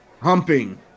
humping